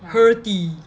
herty